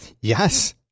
Yes